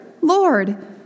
Lord